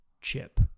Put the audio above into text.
chip